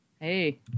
Hey